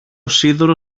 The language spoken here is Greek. σίδερο